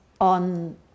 on